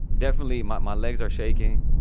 definitely, my my legs are shaking.